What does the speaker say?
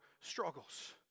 struggles